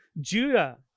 Judah